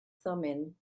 thummim